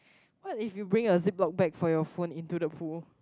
what if you bring your zip lock bag for your phone into the pool